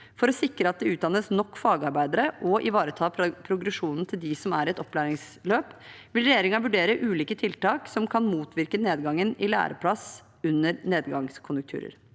For å sikre at det utdannes nok fagarbeidere, og at man ivaretar progresjonen til dem som er i et opplæringsløp, vil regjeringen vurdere ulike tiltak som kan motvirke nedgangen i læreplasser under nedgangskonjunkturer.